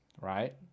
right